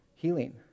healing